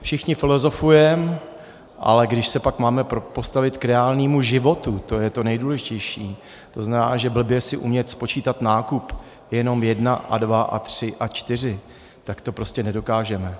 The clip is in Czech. Všichni filozofujeme, ale když se pak máme postavit k reálnému životu, to je to nejdůležitější, to znamená, že blbě si umět spočítat nákup jenom jedna a dva a tři a čtyři tak to prostě nedokážeme.